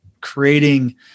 Creating